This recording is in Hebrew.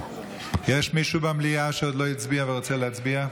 בעד יש מישהו במליאה שעוד לא הצביע ורוצה להצביע?